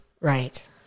right